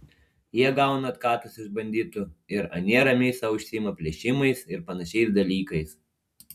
jie gauna atkatus iš banditų ir anie ramiai sau užsiima plėšimais ir panašiais dalykais